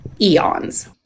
eons